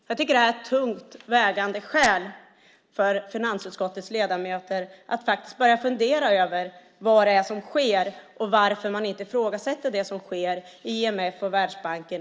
Jag tycker att det här är tungt vägande skäl för finansutskottets ledamöter att faktiskt börja fundera över vad det är som sker och varför man inte i Sveriges namn ifrågasätter det som sker i IMF och Världsbanken.